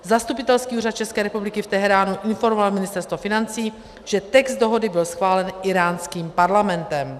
Zastupitelský úřad České republiky v Teheránu informoval Ministerstvo financí, že text dohody byl schválen íránským parlamentem.